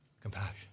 Compassion